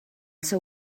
seu